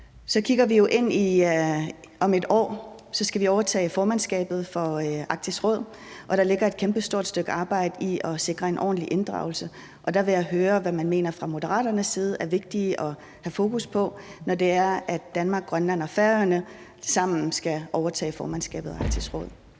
Så kigger vi jo ind i, at vi om et år skal overtage formandskabet for Arktisk Råd, og der ligger et kæmpestort stykke arbejde i at sikre en ordentlig inddragelse. Der vil jeg høre, hvad man mener fra Moderaternes side er vigtigt at have fokus på, når Danmark, Grønland og Færøerne sammen skal overtage formandskabet i Arktisk Råd.